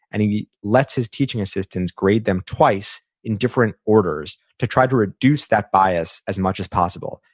and he lets his teaching assistants grade them twice in different orders to try to reduce that bias as much as possible.